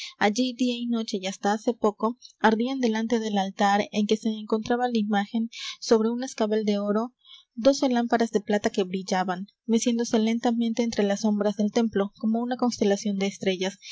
allí día y noche y hasta hace poco ardían delante del altar en que se encontraba la imagen sobre un escabel de oro doce lámparas de plata que brillaban meciéndose lentamente entre las sombras del templo como una constelación de estrellas